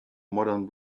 modern